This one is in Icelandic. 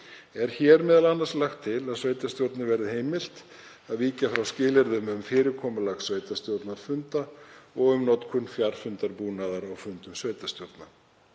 Er hér m.a. lagt til að sveitarstjórnum verði heimilt að víkja frá skilyrðum um fyrirkomulag sveitarstjórnarfunda og um notkun fjarfundarbúnaðar á fundum sveitarstjórna.